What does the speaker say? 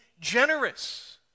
generous